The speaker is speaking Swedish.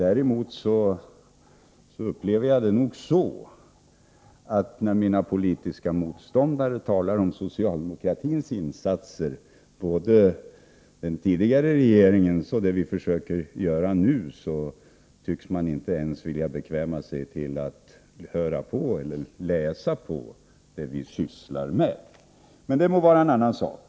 Däremot upplever jag det nog så, att när mina politiska motståndare talar om socialdemokratins insatser, både den tidigare regeringens och den nuvarande regeringens — tycks de inte ens vilja bekväma sig till att höra på eller läsa på beträffande det vi sysslar med — men det må vara.